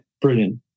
brilliant